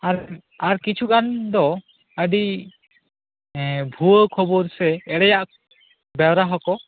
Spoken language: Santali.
ᱟᱨ ᱟᱨ ᱠᱤᱪᱷᱩ ᱜᱟᱱ ᱫᱚ ᱟᱹᱰᱤ ᱮᱸ ᱵᱷᱩᱣᱟ ᱠᱷᱚᱵᱚᱨ ᱥᱮ ᱮᱲᱮᱭᱟᱜ ᱵᱮᱣᱨᱟ ᱦᱚᱸᱠᱚ